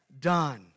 done